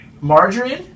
Marjorie